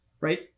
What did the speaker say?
right